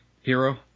hero